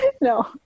No